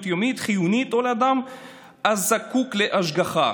יומית חיונית או לאדם הזקוק להשגחה.